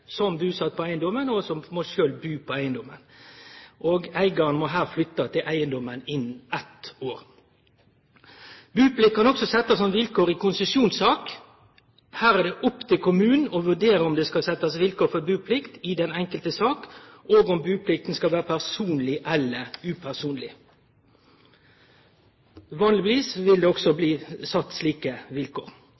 som busett på eigedommen og sjølv bu på eigedommen. Eigaren må her flytte til eigedommen innan eitt år. Buplikt kan òg setjast som vilkår i konsesjonssak. Her er det opp til kommunen å vurdere om det skal setjast vilkår for buplikt i den enkelte saka, og om buplikta skal vere personleg eller upersonleg. Vanlegvis vil det